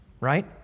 right